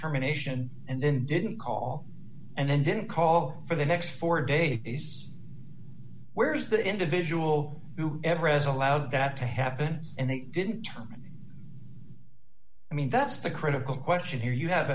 terminations and then didn't call and then didn't call for the next forty eight days whereas the individual who ever has allowed that to happen and they didn't term it i mean that's the critical question here you have